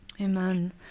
Amen